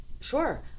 Sure